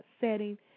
setting